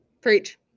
Preach